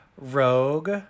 Rogue